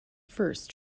verse